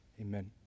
Amen